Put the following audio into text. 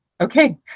okay